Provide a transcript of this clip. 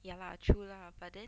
ya lah true lah but then